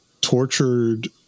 tortured